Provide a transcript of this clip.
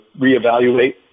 reevaluate